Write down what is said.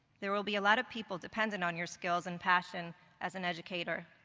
there will be a lot of people dependent on your skills and passion as an educator.